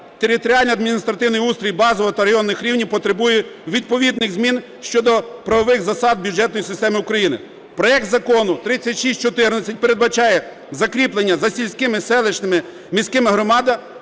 територіально-адміністративний устрій базового та районних рівнів потребує відповідних змін щодо правових засад бюджетної системи України. Проект Закону 3614 передбачає закріплення за сільськими, селищними, міськими громадами